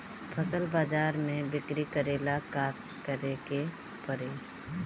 फसल बाजार मे बिक्री करेला का करेके परी?